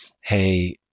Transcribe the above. Hey